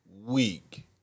week